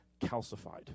calcified